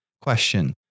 question